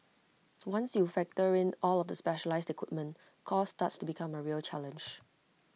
once you factor in all of the specialised equipment cost starts to become A real challenge